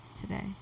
today